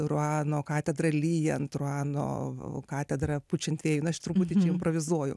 ruano katedra lyjant ruano katedra pučiant vėjui na aš truputį čia improvizuoju